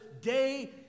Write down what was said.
day